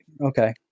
Okay